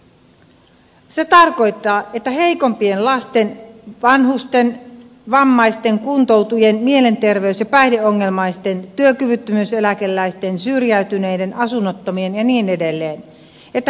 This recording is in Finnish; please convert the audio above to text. se tarkoittaa että heikompien lasten vanhusten vammaisten kuntoutujien mielenterveys ja päihdeongelmaisten työkyvyttömyyseläkeläisten syrjäytyneiden asunnottomien ja niin edelleen